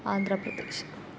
आन्ध्रप्रदेशः